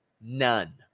None